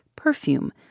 perfume